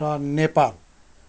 र नेपाल